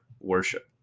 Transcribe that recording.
worship